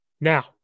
Now